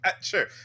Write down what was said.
Sure